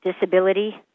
disability